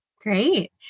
Great